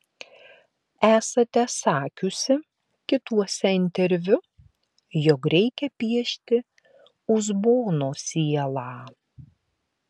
esate sakiusi kituose interviu jog reikia piešti uzbono sielą